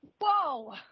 Whoa